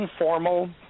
informal